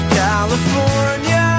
california